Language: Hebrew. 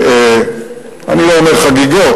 אני לא אומר חגיגות,